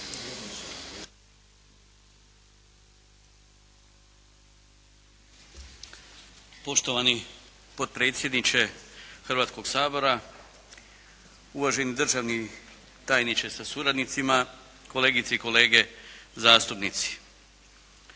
Poštovani potpredsjedniče Hrvatskog sabora, uvaženi državni tajniče sa suradnicima, kolegice i kolege zastupnici.